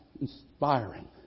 inspiring